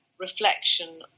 reflection